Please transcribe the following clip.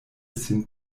sin